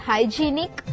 Hygienic